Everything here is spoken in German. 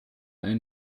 ein